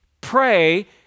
Pray